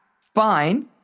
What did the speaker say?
Fine